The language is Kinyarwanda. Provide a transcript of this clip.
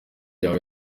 yawe